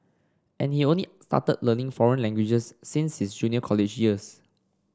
and he only started learning foreign languages since his junior college years